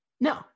No